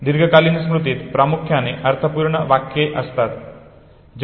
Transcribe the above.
दीर्घकालीन स्मृतीत प्रामुख्याने अर्थपूर्ण वाक्ये असतात